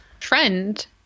friend